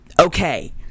Okay